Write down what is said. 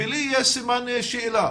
לי יש סימני שאלה?